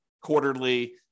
quarterly